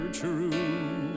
true